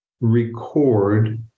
record